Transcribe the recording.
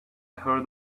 heard